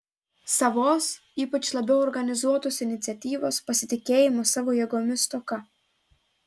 savos ypač labiau organizuotos iniciatyvos pasitikėjimo savo jėgomis stoka